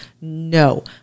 No